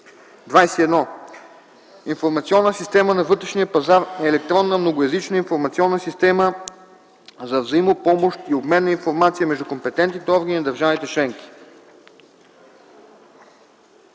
21. „Информационна система на вътрешния пазар” е електронна многоезична информационна система за взаимопомощ и обмен на информация между компетентните органи на държавите членки.